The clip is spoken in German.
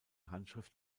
handschrift